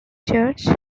church